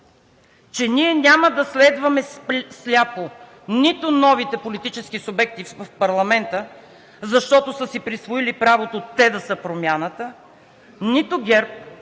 че ние няма да следваме сляпо нито новите политически субекти в парламента, защото те са си присвоили правото да са промяната, нито ГЕРБ,